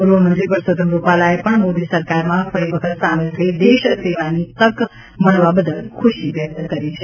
પૂર્વ મંત્રી પરસોતમ રૂપાલાએ પણ મોદી સરકારમાં ફરી વખત સામેલ થઈ દેશ સેવાની તક મળવા બદલ ખુશી વ્યક્ત કરી છે